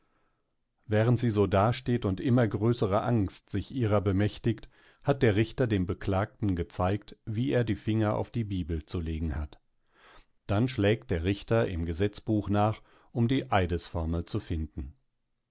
während sie so dasteht und immer größere angst sich ihrer bemächtigt hat der richter dem beklagten gezeigt wie er die finger auf die bibel zu legen hat dann schlägt der richter im gesetzbuch nach um die eidesformel zu finden